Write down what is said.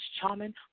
Charming